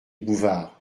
bouvard